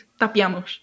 tapiamos